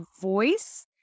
voice